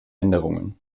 änderungen